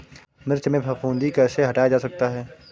मिर्च में फफूंदी कैसे हटाया जा सकता है?